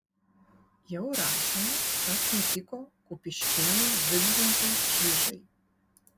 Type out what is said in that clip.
jau rašėme kas nutiko kupiškėnui vidmantui čižai